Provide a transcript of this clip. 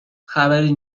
خبری